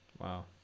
wow